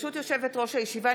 ברשות יושבת-ראש הישיבה,